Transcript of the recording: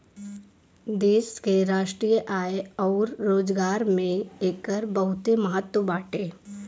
देश के राष्ट्रीय आय अउर रोजगार में एकर बहुते महत्व बाटे